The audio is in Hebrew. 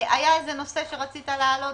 היה נושא שרצית להעלות?